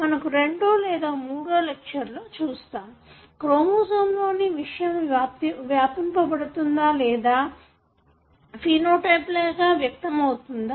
మన రెండో లేదో మూడో లెక్చర్లో చూస్తాము క్రోమోసోమ్ లోని విషయము వ్యాపింపబడుతుందా లేదా ఫెనోటైప్ లాగా వ్యక్తమవుతుందా